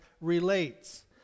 relates